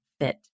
fit